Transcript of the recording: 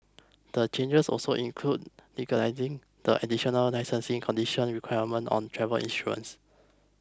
the changes also include legalising the additional licensing condition requirement on travel insurance